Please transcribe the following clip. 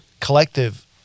collective